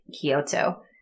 Kyoto